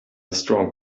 strong